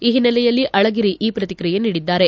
ಈ ಹಿನ್ನೆಲೆಯಲ್ಲಿ ಅಳಗಿರಿ ಈ ಪ್ರತಿಕ್ರಿಯೆ ನೀಡಿದ್ದಾರೆ